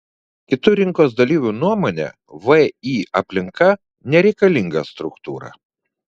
kitų rinkos dalyvių nuomone vį aplinka nereikalinga struktūra